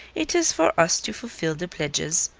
it is for us to fulfil the pledges.